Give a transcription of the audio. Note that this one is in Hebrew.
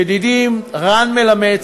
ידידי רן מלמד,